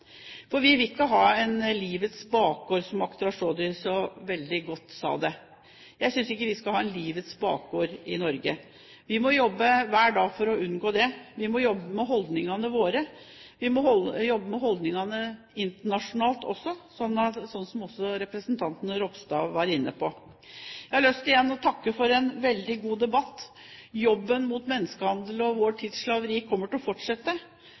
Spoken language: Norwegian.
Vi vil ikke ha en «livets bakgård», som Akhtar Chaudhry så veldig godt sa det. Jeg synes ikke vi skal ha en «livets bakgård» i Norge. Vi må jobbe hver dag for å unngå det. Vi må jobbe med holdningene våre. Vi må jobbe med holdningene internasjonalt også, som også representanten Ropstad var inne på. Jeg har igjen lyst til å takke for en veldig god debatt. Jobben mot menneskehandel og vår tids slaveri kommer til å fortsette,